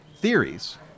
theories